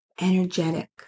energetic